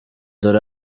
dore